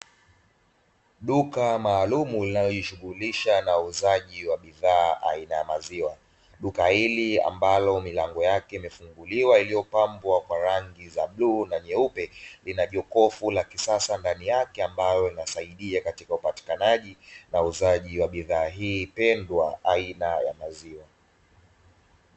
Duka maalumu linalojishughulisha na uuzaji wa bidhaa aina ya maziwa, duka hili ambalo milango yake imefunguliwa iliopambwa kwa rangi ya bluu na nyeupe lina jokofu la kisasa ndani yake; ambalo linasaidia katika upatikanaji na uuzaji wa bidhaa hii pendendwa aina ya maziwa.